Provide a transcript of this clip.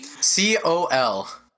c-o-l